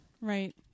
Right